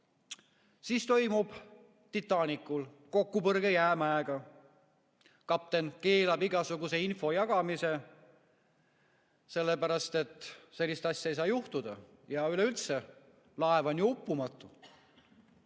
Siis toimub Titanicul kokkupõrge jäämäega. Kapten keelab igasuguse info jagamise, sellepärast et sellist asja ei saa juhtuda ja üleüldse laev on ju uppumatu.